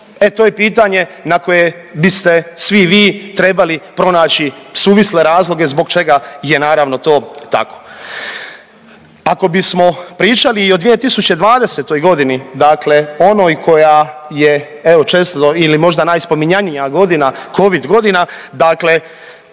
e to je pitanje na koje biste svi vi trebali pronaći suvisle razloge zbog čega je naravno to tako. Ako bismo pričali i o 2020. godini, dakle onoj koja je evo često ili možda najspominjanija godina Covid godina, dakle